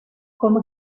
como